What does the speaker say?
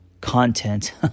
content